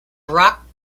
rock